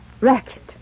Racket